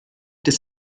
das